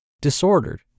disordered